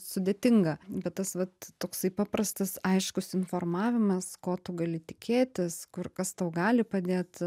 sudėtinga bet tas vat toksai paprastas aiškus informavimas ko tu gali tikėtis kur kas tau gali padėt